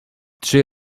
trzy